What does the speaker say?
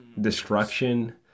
destruction